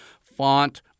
font